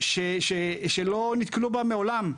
שלא נתקלו בה מעולם.